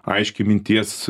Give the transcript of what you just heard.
aiškiai minties